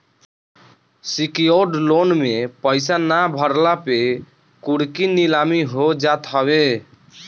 secured loan में पईसा ना भरला पे कुड़की नीलामी हो जात हवे